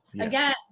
Again